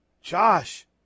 Josh